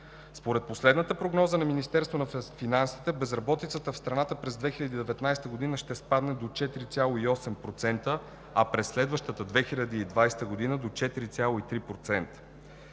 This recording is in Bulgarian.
Според последната прогноза на Министерството на финансите безработицата в страната през 2019 г. ще спадне до 4,8%, а през следващата 2020 г. – до 4,3%.